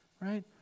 right